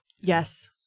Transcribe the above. yes